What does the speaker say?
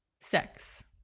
sex